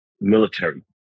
military